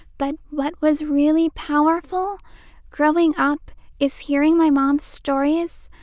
but what was really powerful growing up is hearing my mom's stories.